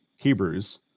hebrews